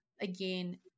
again